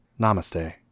namaste